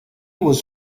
was